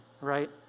right